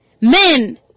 men